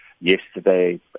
yesterday